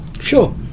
sure